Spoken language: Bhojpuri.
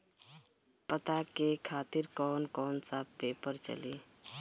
पता के खातिर कौन कौन सा पेपर चली?